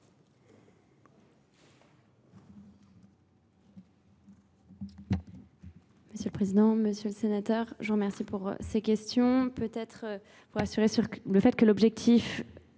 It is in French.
Monsieur le Président, Monsieur le Sénateur, je vous remercie pour ces questions. Peut-être pour assurer sur le fait que l'objectif